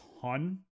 ton